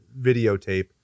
videotape